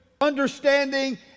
understanding